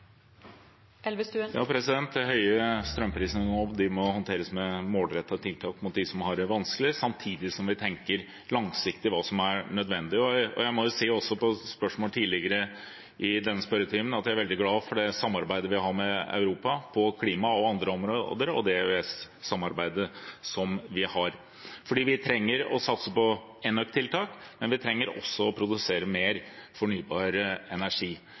Elvestuen – til oppfølgingsspørsmål. De høye strømprisene nå må håndteres med målrettede tiltak for dem som har det vanskelig, samtidig som vi tenker langsiktig på hva som er nødvendig. Jeg må si, også knyttet til spørsmål tidligere i denne spørretimen, at jeg er veldig glad for det samarbeidet vi har med Europa når det gjelder klima og andre områder, og det EØS-samarbeidet vi har. Vi trenger å satse på enøktiltak, men vi trenger også å produsere mer fornybar energi.